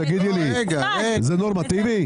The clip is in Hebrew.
תגידי לי, זה נורמטיבי?